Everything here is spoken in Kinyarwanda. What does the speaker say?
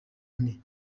ane